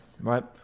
right